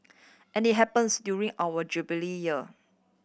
and it happens during our Jubilee Year